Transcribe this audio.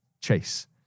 Chase